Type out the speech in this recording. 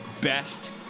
Best